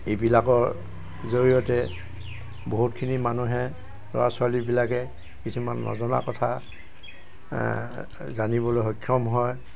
এইবিলাকৰ জৰিয়তে বহুতখিনি মানুহে ল'ৰা ছোৱলাীবিলাকে কিছুমান নজনা কথা জানিবলৈ সক্ষম হয়